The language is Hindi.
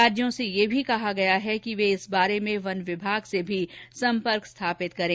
राज्यों से यह भी कहा गया है कि वे इस बारे में वन विभाग से भी सम्पर्क स्थापित करें